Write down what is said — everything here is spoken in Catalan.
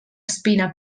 espina